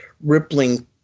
rippling